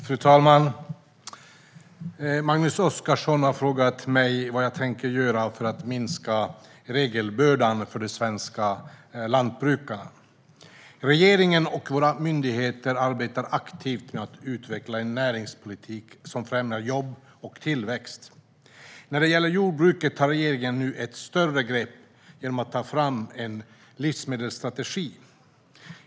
Fru talman! Magnus Oscarsson har frågat mig vad jag tänker göra för att minska regelbördan för de svenska lantbrukarna. Regeringen och våra myndigheter arbetar aktivt med att utveckla en näringspolitik som främjar jobb och tillväxt. När det gäller jordbruket tar regeringen nu ett större grepp genom att ta fram en livsmedelsstrategi.